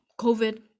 COVID